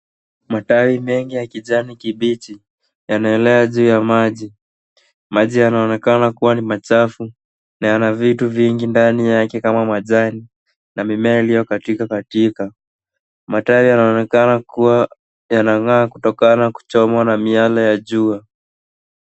Matawi mengi ya kijani kibichi yanaelea juu ya maji, maji yanaonekana kua ni machafu na yanaviti vingi ndani yake kama majani na mimea iliyokatika katika, matawi yanaonekana kua yanangaa kutokana na kuchomwa na miale jua.